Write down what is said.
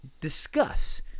discuss